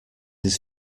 his